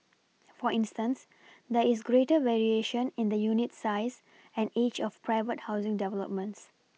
for instance there is greater variation in the unit size and age of private housing developments